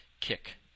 kick